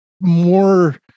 more